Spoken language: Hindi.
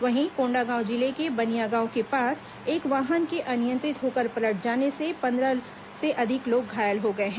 वहीं कोंडागांव जिले के बनिया गांव के पास एक वाहन के अनियंत्रित होकर पलट जाने से पंद्रह से अधिक लोग घायल हो गए हैं